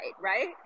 right